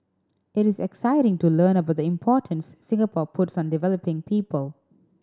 it is exciting to learn about the importance Singapore puts on developing people